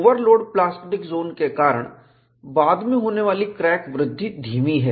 overload plastic zone के कारण बाद में होने वाली क्रैक वृद्धि धीमी है